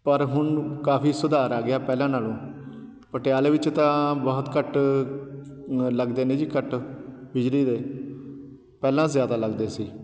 ਪਰ ਹੁਣ ਕਾਫ਼ੀ ਸੁਧਾਰ ਆ ਗਿਆ ਪਹਿਲਾਂ ਨਾਲੋਂ ਪਟਿਆਲੇ ਵਿੱਚ ਤਾਂ ਬਹੁਤ ਘੱਟ ਲੱਗਦੇ ਨੇ ਜੀ ਕੱਟ ਬਿਜਲੀ ਦੇ ਪਹਿਲਾਂ ਜ਼ਿਆਦਾ ਲੱਗਦੇ ਸੀ